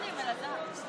אני מקבל את זה.